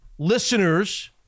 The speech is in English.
Listeners